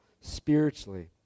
spiritually